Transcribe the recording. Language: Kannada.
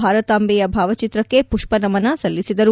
ಭಾರತಾಂಬೆಯ ಭಾವಚಿತ್ರಕ್ಕೆ ಪುಷ್ಪ ನಮನ ಸಲ್ಲಿಸಿದರು